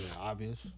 Obvious